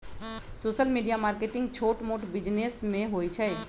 social media marketing छोट मोट business में होई छई